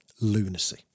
lunacy